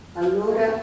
allora